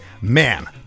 man